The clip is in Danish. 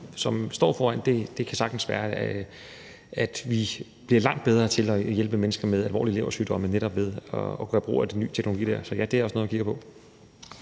som står foran os, og det kan sagtens være, at vi bliver langt bedre til at hjælpe mennesker med alvorlige leversygdomme netop ved at gøre brug af den nye teknologi. Så ja, det er også noget, vi kigger på.